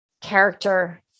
character